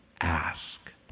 ask